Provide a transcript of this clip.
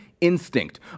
instinct